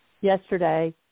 yesterday